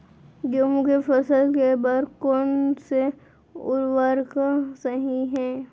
गेहूँ के फसल के बर कोन से उर्वरक सही है?